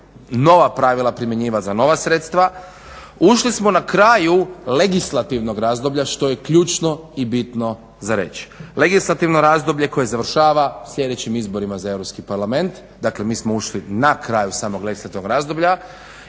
nova pravila primjenjivat za nova sredstva. Ušli smo na kraju legislativnom razdoblja što je ključno i bitno za reći. Legislativno razdoblje koje završava sljedećim izborima za Europski parlament. Dakle, mi smo ušli na kraju samog legislativnog razdoblja